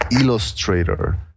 Illustrator